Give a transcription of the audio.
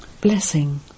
Blessing